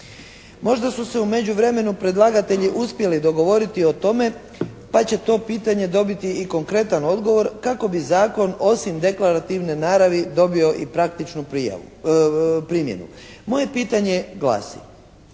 Možda su se u međuvremenu predlagatelji uspjeli dogovoriti o tome pa će to pitanje dobiti i konkretan odgovor kako bi zakon osim deklarativne naravi dobio i praktičnu primjenu. Moje pitanje glasi,